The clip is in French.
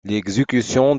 l’exécution